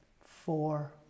four